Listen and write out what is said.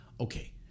Okay